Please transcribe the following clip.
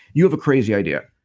you have a crazy idea.